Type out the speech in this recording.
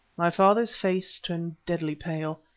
my father's face turned deadly pale.